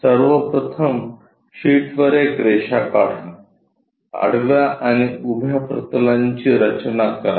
सर्वप्रथम शीटवर एक रेषा काढा आडव्या आणि उभ्या प्रतलांची रचना करा